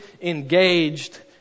engaged